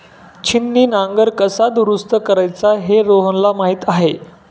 छिन्नी नांगर कसा दुरुस्त करायचा हे रोहनला माहीत आहे